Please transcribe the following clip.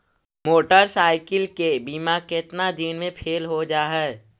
Motorcycle के बिमा केतना दिन मे फेल हो जा है?